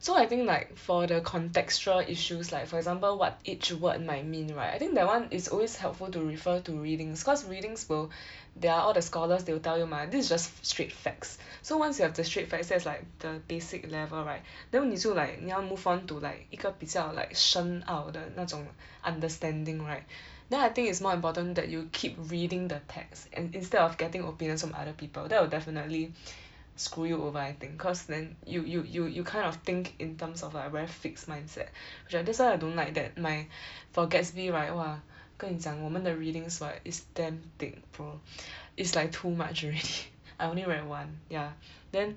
so I think like for the contextual issues like for example what each word might mean right I think that one it's always helpful to refer to readings cause readings will there are all the scholars they will tell you mah this is just straight facts so once you have the straight facts that's like the basic level right then 你就 like 你要 move on to like 一个比较 like 深奥的那种 understanding right then I think it's more important that you keep reading the text and instead of getting opinions from other people that will definitely screw you over I think cause then you you you you kind of think in terms of a very fixed mindset which I that's why I don't like that my for Gatsby right !wah! 跟你讲我们的 readings right is damn thick bro is like too much already I only read one ya then